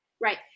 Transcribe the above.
right